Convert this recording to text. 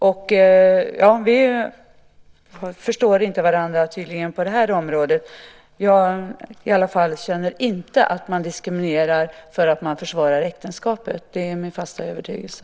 Vi förstår tydligen inte varandra på det här området. Jag känner i alla fall inte att man diskriminerar för att man försvarar äktenskapet. Det är min fasta övertygelse.